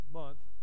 month